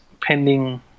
pending